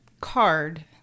card